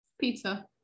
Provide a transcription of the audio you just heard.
pizza